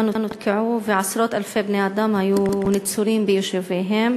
ועשרות אלפי בני-אדם היו נצורים ביישוביהם.